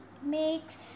makes